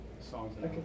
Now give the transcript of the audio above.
songs